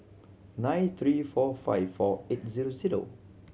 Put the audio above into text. nine three four five four eight zero zero